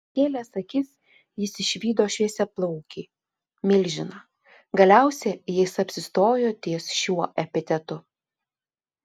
pakėlęs akis jis išvydo šviesiaplaukį milžiną galiausiai jis apsistojo ties šiuo epitetu